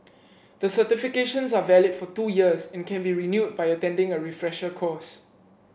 the certifications are valid for two years and can be renewed by attending a refresher course